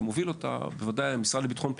בהובלת המשרד לביטחון פנים,